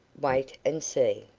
wait and see.